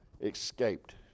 escaped